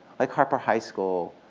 like harper high school,